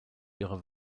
ihre